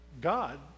God